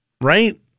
right